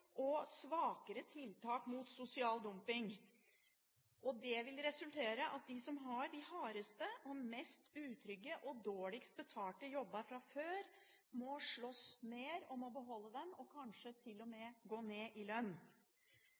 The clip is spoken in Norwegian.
og svakere tiltak mot sosial dumping. Det vil resultere i at de som fra før har de hardeste, de mest utrygge og de dårligst betalte jobbene, må slåss mer for å beholde dem og kanskje til og med gå ned i lønn.